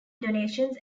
donations